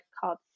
called